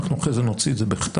אנחנו אחרי זה נוציא את זה בכתב,